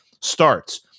starts